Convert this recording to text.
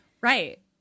right